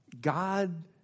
God